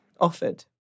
offered